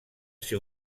ser